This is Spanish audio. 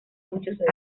muchos